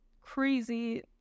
crazy